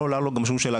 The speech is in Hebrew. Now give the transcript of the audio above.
לא עולה לו שום שאלה,